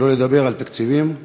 שלא לדבר על תקציבים.